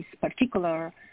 particular